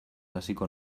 hasiko